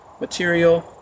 material